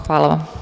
Hvala vam.